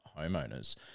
homeowners